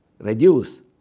reduce